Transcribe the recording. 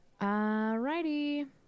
Alrighty